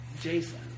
Jason